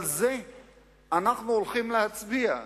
על זה אנחנו הולכים להצביע,